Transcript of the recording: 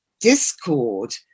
discord